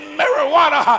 marijuana